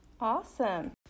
Awesome